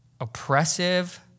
oppressive